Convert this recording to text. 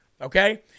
Okay